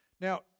Now